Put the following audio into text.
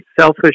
selfish